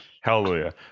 Hallelujah